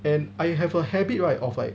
and I have a habit right of like